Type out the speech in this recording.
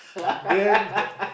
then